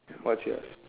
what's yours